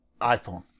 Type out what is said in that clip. iPhone